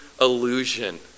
illusion